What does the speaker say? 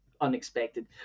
unexpected